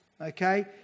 Okay